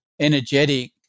energetic